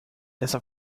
dessa